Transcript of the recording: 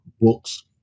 books